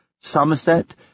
Somerset